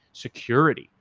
security.